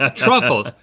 ah truffles,